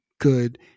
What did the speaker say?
good